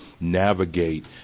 navigate